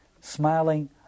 smiling